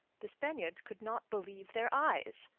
the spaniards could not believe their eyes.